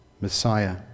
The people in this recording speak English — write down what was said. Messiah